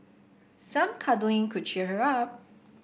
some cuddling could cheer her up